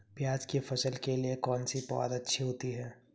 प्याज़ की फसल के लिए कौनसी पौद अच्छी होती है?